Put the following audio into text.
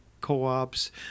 co-ops